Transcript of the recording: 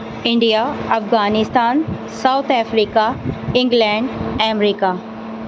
India Afghanistan south Africa England America